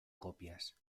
copias